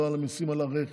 לא על המיסים על הרכב,